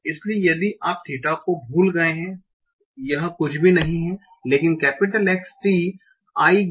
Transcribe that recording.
इसलिए यदि आप थीटा को भूल गए हैं यह कुछ भी नहीं है लेकिन X t i